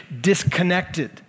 disconnected